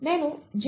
నేను జే